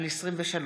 משה אבוטבול